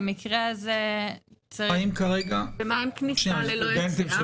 במקרה הזה צריך --- ומה עם כניסה ללא יציאה?